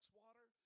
water